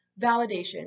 validation